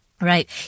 Right